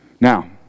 Now